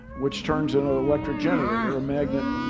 which turns into an electric generator or a magnet,